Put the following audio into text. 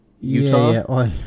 Utah